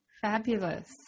Fabulous